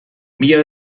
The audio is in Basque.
mila